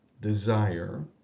desire